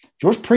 George